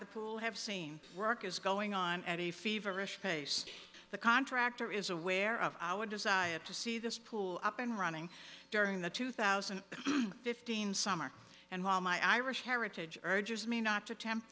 the pool have seen work is going on at a feverish pace the contractor is aware of our desire to see this pool up and running during the two thousand and fifteen summer and while my irish heritage urges me not to tempt